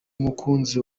numukunzi